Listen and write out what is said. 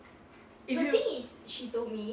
if you